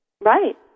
Right